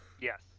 Yes